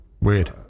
Weird